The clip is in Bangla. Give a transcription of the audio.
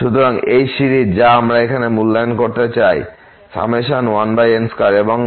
সুতরাং এই সিরিজ যা আমরা এখানে মূল্যায়ন করতে চাই ∑1n2 এবং মান আসছে 26